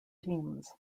teams